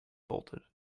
bolted